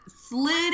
slid